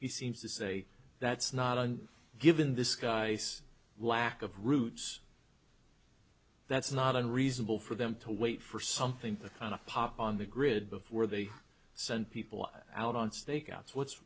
he seems to say that's not a given this guy's lack of roots that's not unreasonable for them to wait for something to kind of pop up on the grid before they send people out on stakeouts what's what's